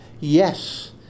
Yes